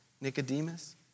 Nicodemus